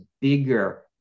bigger